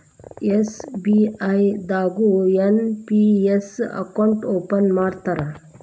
SBI ದಾಗು NPS account open ಮಾಡ್ತಾರಾ